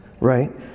right